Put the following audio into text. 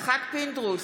יצחק פינדרוס,